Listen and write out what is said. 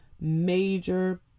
major